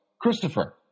Christopher